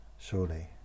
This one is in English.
surely